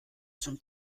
zum